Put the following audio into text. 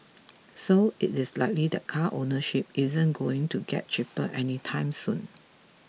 so it is likely that car ownership isn't going to get cheaper anytime soon